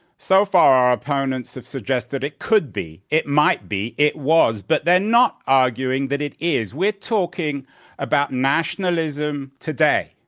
so far, our opponents have suggested it could be, it might be, it was. but they're not arguing that it is. we're talking about nationalism on